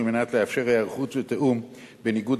על מנת לאפשר היערכות ותיאום בין איגוד